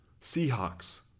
Seahawks